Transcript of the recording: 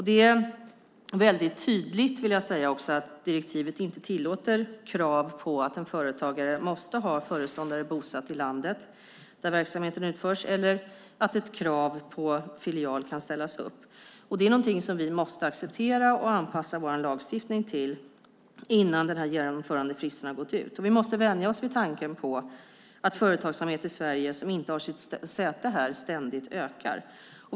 Det är tydligt att direktivet inte tillåter krav på att en företagare måste ha föreståndare bosatt i landet där verksamheten utförs eller att ett krav på filial kan ställas upp. Det är något som vi måste acceptera och anpassa vår lagstiftning till innan genomförandefristen har gått ut. Vi måste vänja oss vid tanken på att företagsamhet i Sverige som inte har sitt säte här ständigt ökar.